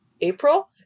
April